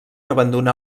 abandonà